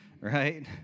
right